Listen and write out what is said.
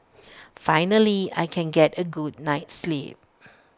finally I can get A good night's sleep